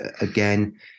again